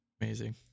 Amazing